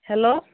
hello